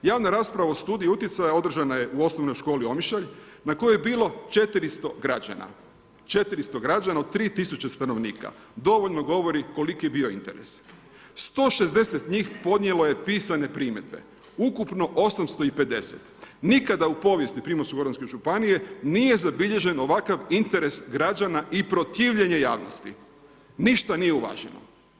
Javna rasprava o studiju utjecaja održana je u OŠ Omišalj na kojoj je bilo 400 građana, 400 građana od 3000 stanovnika, dovoljno govori koliki je bio interes, 160 njih podnijelo je pisane primjedbe, ukupno 850, nikada u povijesti Primorsko-goranske županije nije zabilježen ovakav interes građana i protivljenje javnosti, ništa nije uvaženo.